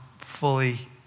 fully